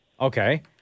Okay